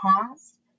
past